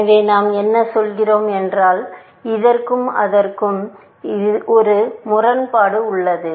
எனவே நாம் என்ன சொல்கிறோம் என்றால் இதற்கும் அதற்கும் இதற்கும் அதற்கும் ஒரு முரண்பாடு உள்ளது